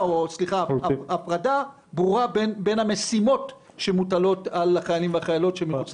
הפרדה ברורה בין המשימות שמוטלות על החיילים והחיילות.